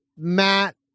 Matt